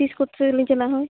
ᱛᱤᱥ ᱠᱚᱛᱮᱞᱮ ᱪᱟᱞᱟᱜᱼᱟ